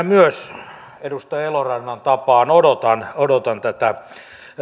myös minä edustaja elorannan tapaan odotan odotan tätä